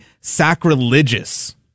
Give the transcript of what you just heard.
Sacrilegious